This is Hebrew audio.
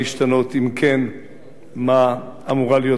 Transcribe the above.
2. אם כן,